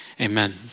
amen